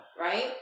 Right